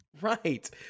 Right